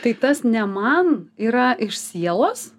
tai tas ne man yra iš sielos